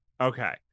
Okay